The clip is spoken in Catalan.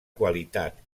qualitat